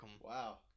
Wow